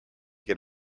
get